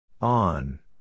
On